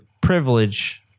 privilege